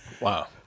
Wow